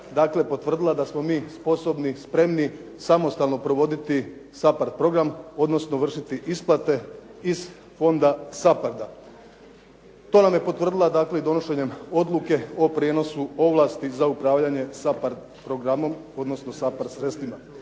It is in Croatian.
potvrdila da smo mi sposobni, spremni samostalno provoditi SAPARD program odnosno vršiti isplate iz fonda SAPARD-a. To nam je potvrdila i donošenjem odluke o prijenosu ovlasti za upravljanje SAPARD programom odnosno SAPARD sredstvima.